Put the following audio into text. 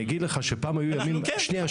אנחנו כן.